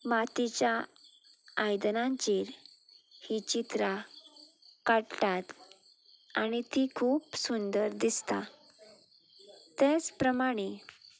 मातयेच्या आयदनांचेर हीं चित्रां काडटात आनी तीं खूब सुंदर दिसता तेच प्रमाणें